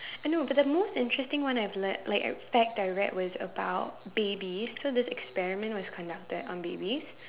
I know but the most interesting one I've led like I fact I read was about babies so this experiment was conducted on babies